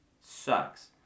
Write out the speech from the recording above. Sucks